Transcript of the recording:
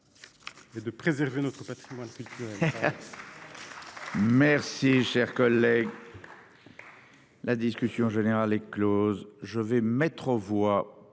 de préserver notre Patrimoine culturel.